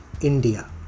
India